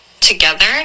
together